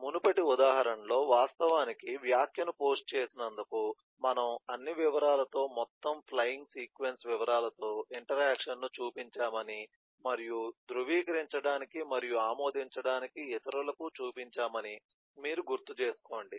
మునుపటి ఉదాహరణలో వాస్తవానికి వ్యాఖ్యను పోస్ట్ చేసినందుకు మనము అన్ని వివరాలతో మొత్తం ఫ్లయింగ్ సీక్వెన్స్ వివరాలతో ఇంటరాక్షన్ ను చూపించామని మరియు ధృవీకరించడానికి మరియు ఆమోదించడానికి ఇతరులకు చూపించామని మీరు గుర్తుచేసుకోండి